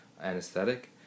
anesthetic